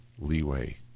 leeway